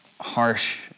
harsh